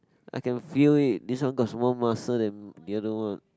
I can feel it this one got small muscle than the other one